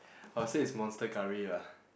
I would say it's monster-curry lah